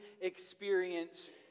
experience